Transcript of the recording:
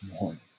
morning